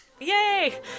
yay